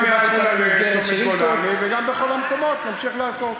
וגם מעפולה לצומת גולני וגם בכל המקומות נמשיך לעשות.